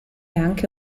anche